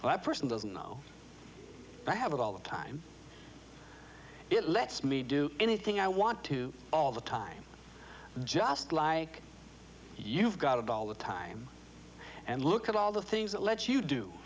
time that person doesn't know i have it all the time it lets me do anything i want to all the time just like you've got all the time and look at all the things that let you do